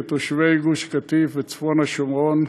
לתושבי גוש-קטיף וצפון השומרון,